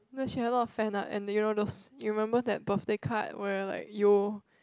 no she had a lot of fan ah and you know those you remember that birthday card we're like yo